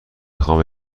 خامه